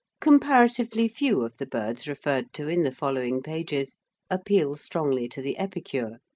comparatively few of the birds referred to in the following pages appeal strongly to the epicure,